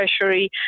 Treasury